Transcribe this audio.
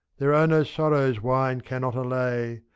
there are no sorrows wine cannot allay.